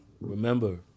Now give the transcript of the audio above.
Remember